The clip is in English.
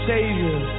Savior